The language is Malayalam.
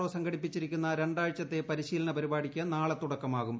ഒ സംഘടി്പ്പിച്ചിരിക്കുന്ന രണ്ടാഴ്ചത്തെ പരിശീലന പരിപാടിക്ക് നാളെ തുടക്കമാകും